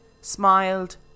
smiled